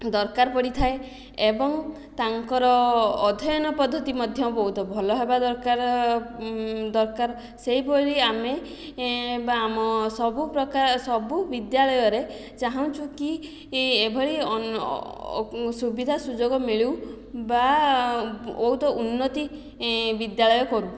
ଦରକାର ପଡ଼ିଥାଏ ଏବଂ ତାଙ୍କର ଅଧ୍ୟୟନ ପଦ୍ଧତି ମଧ୍ୟ ବହୁତ ଭଲ ହେବା ଦରକାର ଦରକାର ସେହିପରି ଆମେ ବା ଆମ ସବୁ ପ୍ରକାର ସବୁ ବିଦ୍ୟାଳୟରେ ଚାହୁଁଛୁ କି ଏଭଳି ସୁବିଧା ସୁଯୋଗ ମିଳୁ ବା ବହୁତ ଉନ୍ନତି ବିଦ୍ୟାଳୟ କରୁ